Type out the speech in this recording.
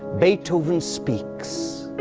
beethoven speaks.